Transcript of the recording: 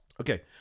okay